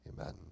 amen